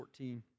14